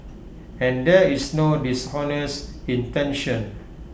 and there is no dishonest intention